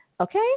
Okay